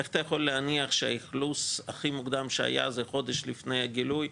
איך אתה יכול להניח שהאכלוס הכי מוקדם שהיה זה חודש לפני הגילוי,